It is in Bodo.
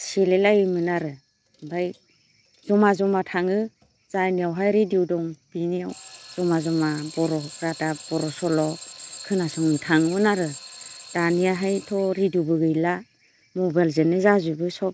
सेलायलायोमोन आरो ओमफाय जमा जमा थाङो जायनियावहाय रेडिय' दं बिनियाव जमा जमा बर' रादाब बर' सल' खोनासंनो थाङोमोन आरो दानियाहायथ' रेडिय'बो गैला मबाइलजोंनो जाजोबो सब